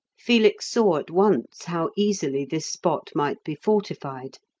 felix saw at once how easily this spot might be fortified.